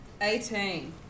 eighteen